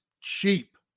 cheap